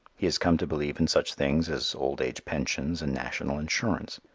he has come to believe in such things as old age pensions and national insurance.